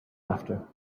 after